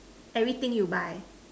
everything you buy